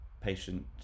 patient